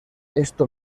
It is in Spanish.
esto